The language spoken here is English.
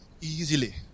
easily